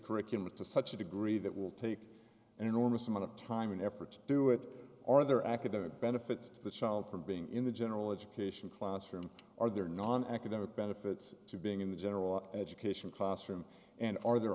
curricula to such a degree that will take an enormous amount of time and effort to do it or their academic benefits to the child from being in the general education classroom are there not on academic benefits to being in the general education classroom and are there har